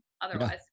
otherwise